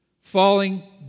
falling